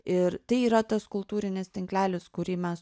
ir tai yra tas kultūrinis tinklelis kurį mes